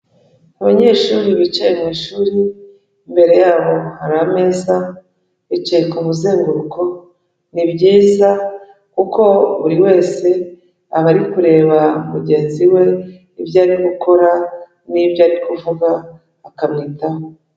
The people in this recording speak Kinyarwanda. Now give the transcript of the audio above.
Abanyeshuri bicaye mu ishuri, imbere yabo hari ameza, bicaye ku muzenguruko, ni byiza kuko buri wese aba ari kureba mugenzi we ibyo ari gukora n'ibyo ari kuvuga akamwitaho.